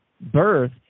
birth